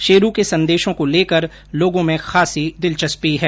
शेरू के संदेशों को लेकर लोगों में खासी दिलचस्पी है